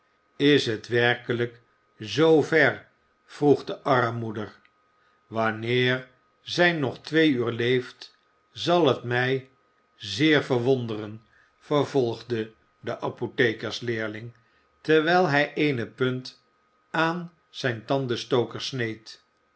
is het werkelijk zoover vroeg de armmoeder wanneer zij nog twee uur leeft zal het mij zeer verwonderen vervolgde de apothekersleerling terwijl hij eene punt aan zijn tandenstoker sneed